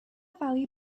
valley